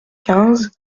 quinze